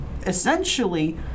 essentially